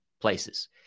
places